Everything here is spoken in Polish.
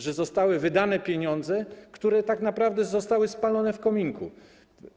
Że zostały wydane pieniądze, które tak naprawdę zostały spalone w kominku.